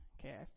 okay